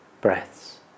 breaths